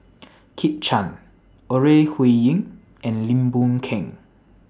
Kit Chan Ore Huiying and Lim Boon Keng